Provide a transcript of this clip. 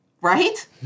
right